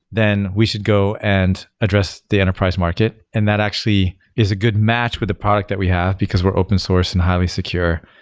then we should go and address the enterprise market, and that actually is a good match with the product that we have, because we're open source and highly secure.